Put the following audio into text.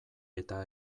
eta